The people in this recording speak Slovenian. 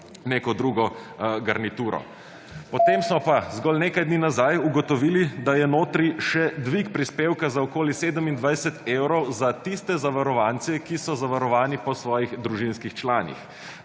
konec razprave/ potem smo pa zgolj nekaj dni nazaj ugotovili, da je notri še dvig prispevka za okoli 27 evrov za tiste zavarovance, ki so zavarovani po svojih družinskih članih.